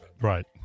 Right